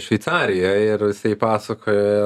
šveicarijoj ir jisai pasakojo